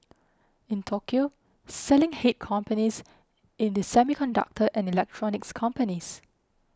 in Tokyo selling hit companies in the semiconductor and electronics companies